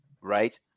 right